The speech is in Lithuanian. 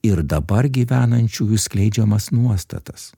ir dabar gyvenančiųjų skleidžiamas nuostatas